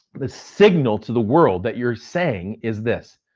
the signal to the world that you're saying is this.